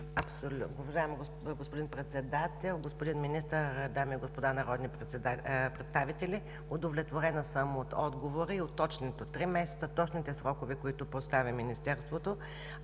България): Уважаеми господин Председател, господин Министър, дами и господа народни представители! Удовлетворена съм от отговора и от точните срокове – три месеца, които поставя Министерството.